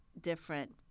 different